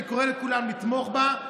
אני קורא לכולם לתמוך בה,